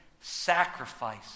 sacrifice